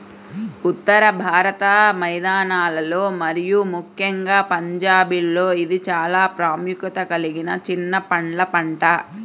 ఉత్తర భారత మైదానాలలో మరియు ముఖ్యంగా పంజాబ్లో ఇది చాలా ప్రాముఖ్యత కలిగిన చిన్న పండ్ల పంట